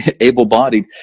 able-bodied